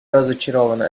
разочарованы